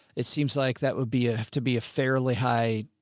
it seems like that would be a, have to be a fairly high.